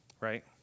right